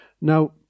Now